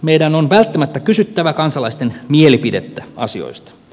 meidän on välttämättä kysyttävä kansalaisten mielipidettä asioista